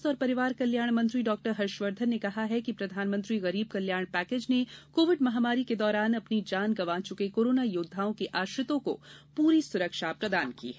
स्वास्थ्य और परिवार कल्याण मंत्री डॉ हर्षवर्धन ने कहा है कि प्रधानमंत्री गरीब कल्याण पैकेज ने कोविड महामारी के दौरान अपनी जान गंवा चुके कोरोना योद्दाओं के आश्रितों को पूरी सुरक्षा प्रदान की है